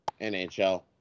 NHL